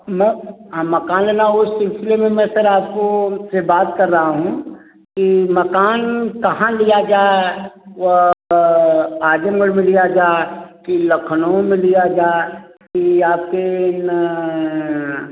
मैं मकान लेना उस सिलसिले में मैं सर आपको से बात कर रहा हूँ कि मकान कहाँ लिया जाए वह आजमगढ़ में लिया जाए कि लखनऊ में लिया जाए कि या फिर